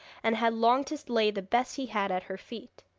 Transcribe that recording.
and had longed to lay the best he had at her feet.